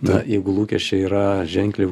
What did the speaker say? na jeigu lūkesčiai yra ženkliai